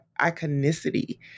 iconicity